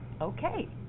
Okay